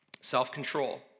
Self-control